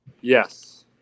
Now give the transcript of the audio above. yes